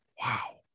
Wow